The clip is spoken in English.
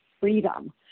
freedom